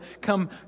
come